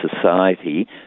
society